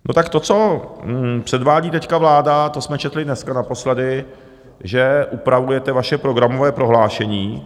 No tak to, co předvádí teď vláda, to jsme četli dneska naposledy, že upravujete vaše programové prohlášení.